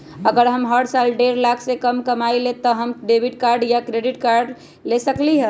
अगर हम हर साल डेढ़ लाख से कम कमावईले त का हम डेबिट कार्ड या क्रेडिट कार्ड ले सकली ह?